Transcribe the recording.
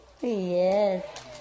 Yes